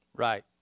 Right